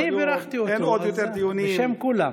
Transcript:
אני בירכתי אותו בשם כולם.